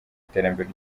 iterambere